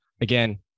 again